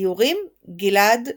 איורים גלעד סליקטר,